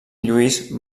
lluís